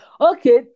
Okay